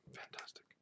fantastic